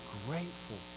grateful